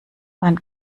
man